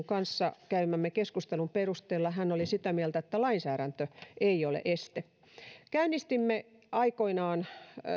kanssa käymämme keskustelun perusteella tietosuojavaltuutettu oli sitä mieltä että lainsäädäntö ei ole este käynnistimme aikoinaan